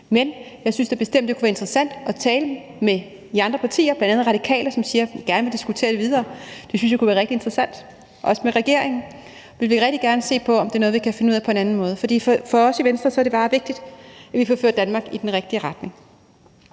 da bestemt, det kunne være interessant at tale med de andre partier, bl.a. Radikale, som siger, at de gerne vil diskutere det videre, og det synes jeg kunne være rigtig interessant – også med regeringen. Vi vil rigtig gerne se på, om det er noget, vi kan finde ud af på en anden måde. For os i Venstre er det bare vigtigt, at vi får ført Danmark i den rigtige retning,